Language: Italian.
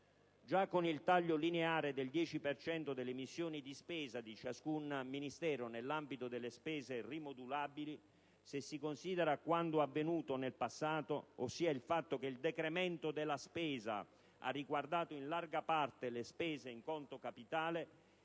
Già con il taglio lineare del 10 per cento delle missioni di spesa di ciascun Ministero nell'ambito delle spese rimodulabili, se si considera quanto avvenuto nel passato, ossia il fatto che il decremento della spesa ha riguardato in larga parte le spese in conto capitale,